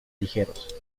ligeros